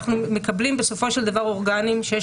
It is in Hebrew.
אנחנו מקבלים בסופו של דבר אורגנים שיש